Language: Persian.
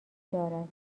دارد